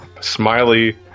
smiley